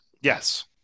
Yes